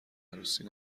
عروسی